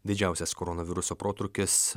didžiausias koronaviruso protrūkis